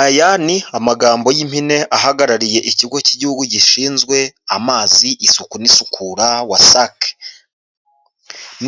Aya ni amagambo y'impine ahagarariye ikigo cy'igihugu gishinzwe amazi isuku n'isukura wasac,